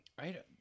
Right